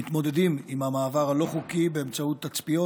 מתמודדים עם המעבר הלא-חוקי באמצעות תצפיות,